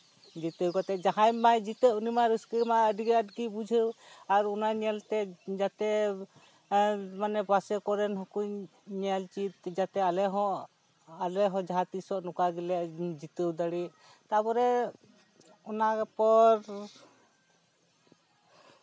ᱡᱤᱛᱟᱹᱣ ᱠᱟᱛᱮ ᱡᱟᱦᱟᱸᱭ ᱢᱟᱭ ᱡᱤᱛᱟᱹᱜ ᱩᱱᱤ ᱢᱟ ᱨᱟᱹᱥᱠᱟᱹ ᱢᱟ ᱟᱹᱰᱤ ᱟᱸᱴ ᱜᱮᱭ ᱵᱩᱡᱷᱟᱹᱣ ᱟᱨᱚ ᱚᱱᱟ ᱧᱮᱞᱛᱮ ᱡᱟᱛᱮ ᱮᱸᱜ ᱢᱟᱱᱮ ᱯᱟᱥᱮ ᱠᱚᱨᱮᱱ ᱦᱚᱸᱠᱚ ᱧᱮᱞ ᱪᱮᱫ ᱡᱟᱛᱮ ᱟᱞᱮ ᱦᱚᱸ ᱟᱞᱮ ᱦᱚᱸ ᱡᱟᱦᱟᱸ ᱛᱤᱥᱳᱜ ᱱᱚᱝᱠᱟ ᱜᱮᱞᱮ ᱡᱤᱛᱟᱹᱣ ᱫᱟᱲᱮᱜ ᱛᱟᱯᱚᱨᱮ ᱚᱱᱟ ᱯᱚᱨ